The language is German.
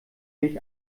sich